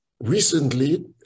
recently